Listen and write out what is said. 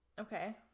Okay